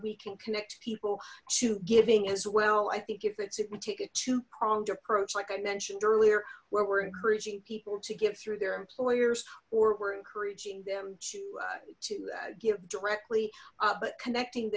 we can connect people to giving as well i think if it's if we take a two pronged approach like i mentioned earlier where we're encouraging people to give through their employers or we're encouraging them to to give directly but connecting